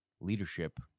leadership